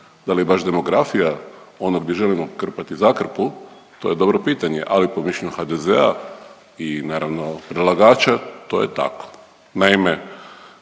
Da li je baš demografija ono gdje želimo krpati zakrpu? To je dobro pitanje, ali po mišljenju HDZ-a i naravno predlagača to je tako.